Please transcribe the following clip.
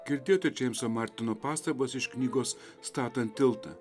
girdėjote džeimso martino pastabas iš knygos statant tiltą